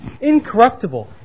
incorruptible